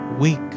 weak